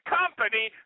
company